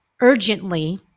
urgently